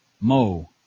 Mo